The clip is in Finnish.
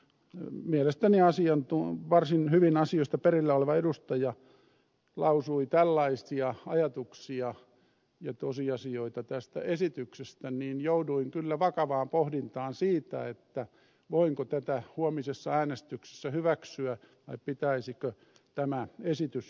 kun oman maakunnan mielestäni varsin hyvin asioista perillä oleva edustaja lausui tällaisia ajatuksia ja tosiasioita tästä esityksestä niin jouduin kyllä vakavaan pohdintaan siitä voinko tätä huomisessa äänestyksessä hyväksyä vai pitäisikö tämä esitys hylätä